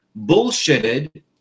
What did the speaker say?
bullshitted